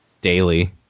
Daily